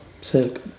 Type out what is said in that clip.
Sick